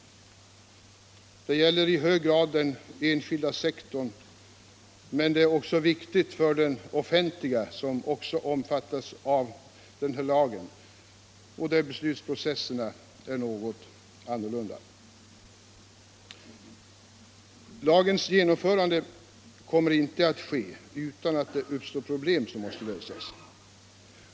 Detta gäller i hög grad den enskilda sektorn men det är också viktigt för den offentliga, som också omfattas av denna lag men där beslutsprocesserna är något annorlunda. Lagens genomförande kommer inte att ske utan att det uppstår problem som måste lösas.